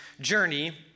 journey